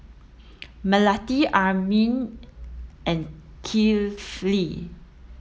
Melati Amrin and Kifli